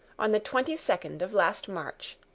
on the twenty second of last march.